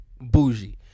bougie